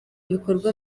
ibikorwa